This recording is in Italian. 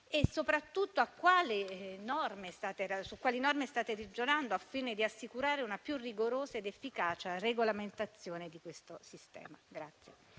Ministro su quali norme state ragionando al fine di assicurare una più rigorosa ed efficacia regolamentazione di questo sistema.